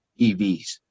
EVs